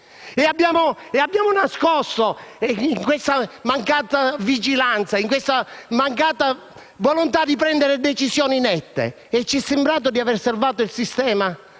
i problemi. Con questa mancata vigilanza e mancata volontà di prendere decisioni nette ci è sembrato di aver salvato il sistema.